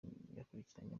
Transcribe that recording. bakurikiranye